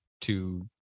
to-